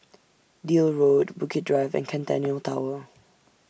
Deal Road Bukit Drive and Centennial Tower